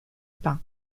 peint